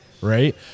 right